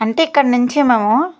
అంటే ఇక్కడి నుంచి మేము